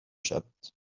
شود